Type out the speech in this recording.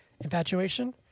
infatuation